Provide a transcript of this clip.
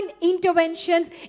interventions